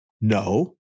no